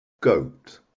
Goat